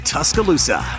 Tuscaloosa